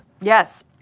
Yes